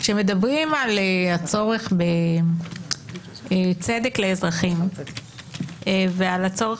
כשמדברים על הצורך בצדק לאזרחים ועל הצורך